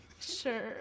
Sure